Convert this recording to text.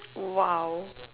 !wow!